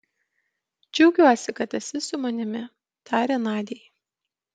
džiaugiuosi kad esi su manimi tarė nadiai